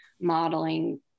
modeling